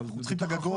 אנחנו צריכים את הגגות